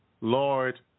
Lord